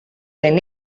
δεν